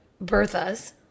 Bertha's